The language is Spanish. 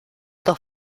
dos